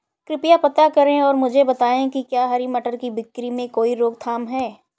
कृपया पता करें और मुझे बताएं कि क्या हरी मटर की बिक्री में कोई रोकथाम है?